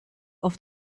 auf